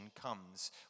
comes